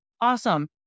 Awesome